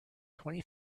twenty